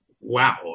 wow